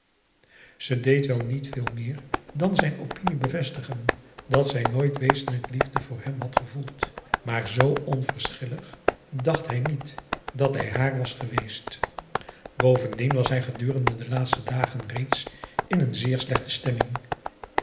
ze deed wel niet veel meer dan zijn opinie bevestigen dat zij nooit wezenlijk liefde voor hem had gevoeld maar z onverschillig dacht hij niet dat hij haar was geweest bovendien was hij gedurende de laatste dagen reeds in een zeer slechte stemming